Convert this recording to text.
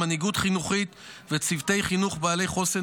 מנהיגות חינוכית וצוותי חינוך בעלי חוסן